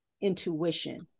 intuition